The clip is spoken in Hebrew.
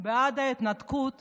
בעד ההתנתקות